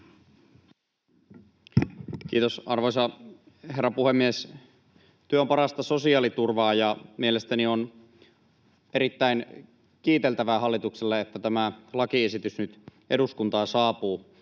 Kiitos, arvoisa herra puhemies! Työ on parasta sosiaaliturvaa, ja mielestäni on erittäin kiiteltävää hallitukselle, että tämä lakiesitys nyt eduskuntaan saapuu.